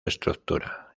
estructura